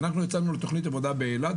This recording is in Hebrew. אנחנו יצאנו באילת לתוכנית עבודה באילת,